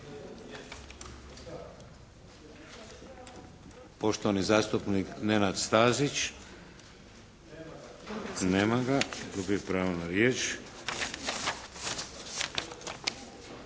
Poštovani zastupnik Nenad Stazić. Nema ga. Gubi pravo na riječ.